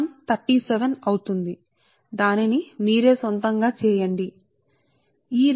కాబట్టి సరే కాబట్టి మీరు దానిని మీ స్వంతంగా చేసుకో వచ్చుసరే కాబట్టి ఇది విషయం